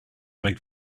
make